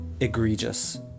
Egregious